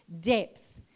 depth